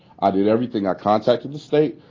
i did everything. i contacted the state.